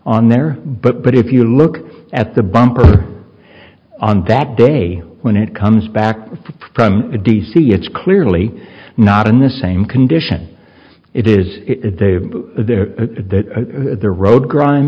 on there but but if you look at the bumper on that day when it comes back from d c it's clearly not in the same condition it is there the road grime